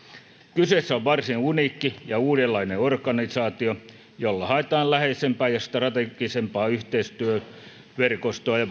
kyseessä on varsin uniikki ja uudenlainen organisaatio jolla haetaan läheisempää ja strategisempaa yhteistyöverkostoa ja